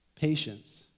patience